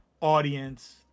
audience